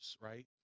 right